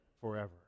forever